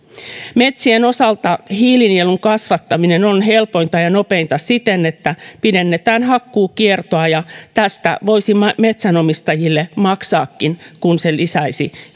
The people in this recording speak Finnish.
metsien osalta hiilinielun kasvattaminen on helpointa ja nopeinta siten että pidennetään hakkuukiertoa tästä voisimme metsänomistajille maksaakin kun se lisäisi